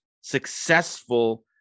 successful